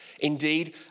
Indeed